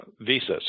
visas